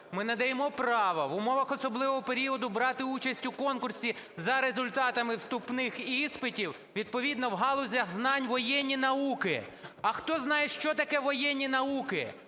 Ми надаємо право в умовах особливого періоду брати участь у конкурсі за результатами вступних іспитів відповідно в галузях знань воєнні науки. А хто знає, що таке воєнні науки?